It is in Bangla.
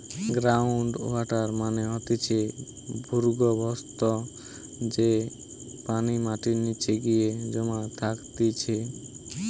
গ্রাউন্ড ওয়াটার মানে হতিছে ভূর্গভস্ত, যেই পানি মাটির নিচে গিয়ে জমা থাকতিছে